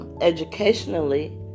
Educationally